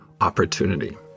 opportunity